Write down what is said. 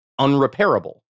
unrepairable